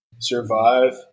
Survive